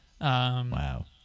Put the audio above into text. Wow